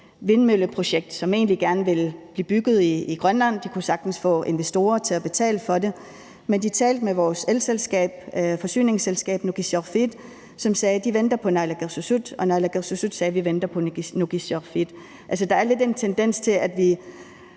vindmølleprojekt, som egentlig godt kunne blive bygget i Grønland. De kunne sagtens få investorer til at betale for det, men de talte med vores forsyningsselskab, Nukissiorfiit, som sagde, at man venter på naalakkersuisut, og naalakkersuisut sagde, at man venter på Nukissiorfiit. Altså, der er en tendens til, at vi